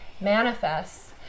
manifests